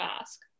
ask